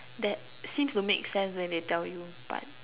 that seems to make sense when they tell you but